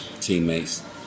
teammates